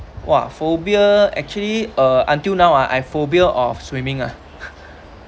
!wah! phobia actually uh until now I phobia of swimming ah